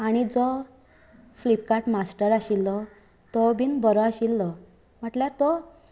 आनी जो फ्लिपकार्ट मास्टर आशिल्लो तो बीन बरो आशिल्लो म्हटल्यार तो